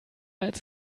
als